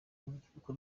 urubyiruko